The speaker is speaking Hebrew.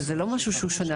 אבל זה לא משהו שהוא שנה,